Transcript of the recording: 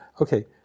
okay